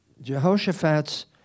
Jehoshaphat's